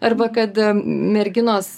arba kad merginos